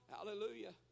Hallelujah